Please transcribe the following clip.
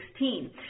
2016